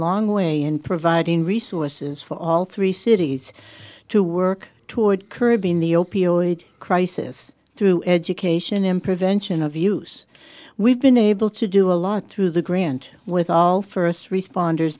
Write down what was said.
long way in providing resources for all three cities to work toward curbing the opioid crisis through education and prevention of use we've been able to do a lot through the grant with all first responders